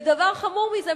ודבר חמור מזה,